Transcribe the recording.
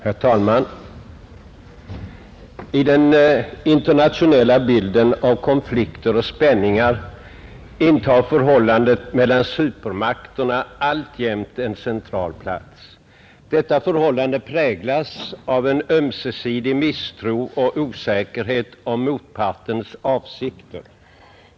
Herr talman! I 'den internationella bilden av konflikter och spänningar intar förhållandet mellan supermakterna alltjämt en central plats. Detta förhållande präglas av en ömsesidig misstro och osäkerhet om motpartens avsikter.